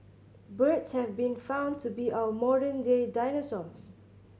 birds have been found to be our modern day dinosaurs